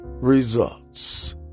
Results